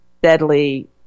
deadly